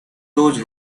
those